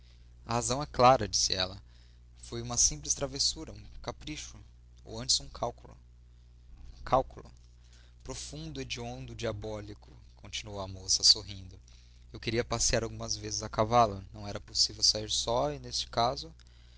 razão é clara disse ela foi uma simples travessura um capricho ou antes um cálculo um cálculo profundo hediondo diabólico continuou a moça sorrindo eu queria passear algumas vezes a cavalo não era possível sair só e nesse caso